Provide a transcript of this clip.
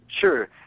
Sure